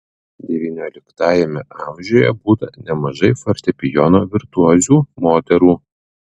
devynioliktajame amžiuje būta nemažai fortepijono virtuozių moterų